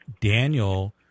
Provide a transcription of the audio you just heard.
Daniel